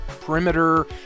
perimeter